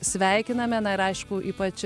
sveikiname na ir aišku ypač